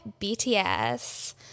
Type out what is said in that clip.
BTS